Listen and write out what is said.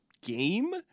Game